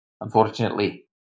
Unfortunately